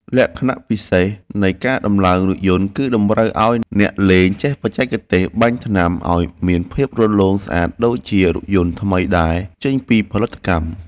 លក្ខណៈពិសេសនៃការដំឡើងរថយន្តគឺតម្រូវឱ្យអ្នកលេងចេះបច្ចេកទេសបាញ់ថ្នាំឱ្យមានភាពរលោងស្អាតដូចជារថយន្តថ្មីដែលចេញពីផលិតកម្ម។